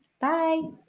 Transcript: Bye